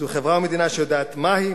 זוהי חברה ומדינה שיודעת מה היא,